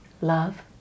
Love